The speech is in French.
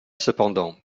cependant